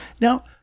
Now